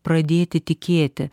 pradėti tikėti